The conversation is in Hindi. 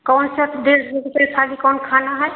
कौन सइ डिस के साथ कौन खाना है